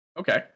Okay